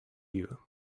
you